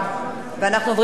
ואנחנו עוברים להצבעה.